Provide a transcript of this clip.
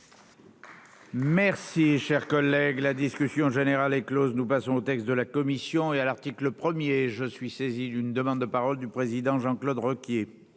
Merci, chers collègues, la discussion générale est Close. Nous passons au texte de la commission et à l'article premier je suis saisi d'une demande de parole du président Jean-Claude Requier.